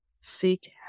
seek